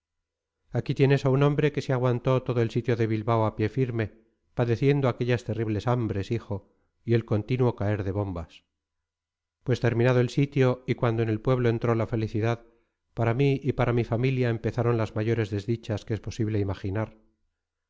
aquí tienes a un hombre que se aguantó todo el sitio de bilbao a pie firme padeciendo aquellas terribles hambres hijo y el continuo caer de bombas pues terminado el sitio y cuando en el pueblo entró la felicidad para mí y para mi familia empezaron las mayores desdichas que es posible imaginar